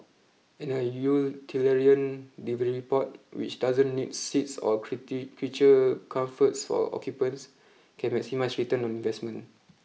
and a utilitarian delivery pod which doesn't need seats or creature comforts for occupants can maximise return on investment